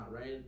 right